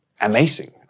amazing